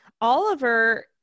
Oliver